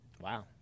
Wow